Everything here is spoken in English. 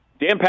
Dan